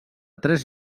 tres